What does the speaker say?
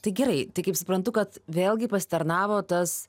tai gerai tai kaip suprantu kad vėlgi pasitarnavo tas